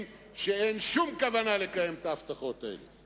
שאין שום כוונה לקיים את ההבטחות האלה.